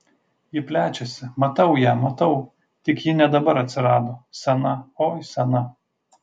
ji plečiasi matau ją matau tik ji ne dabar atsirado sena oi sena